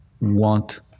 want